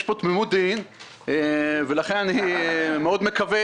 יש פה תמימות דעים ולכן אני מאוד מקווה